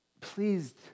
pleased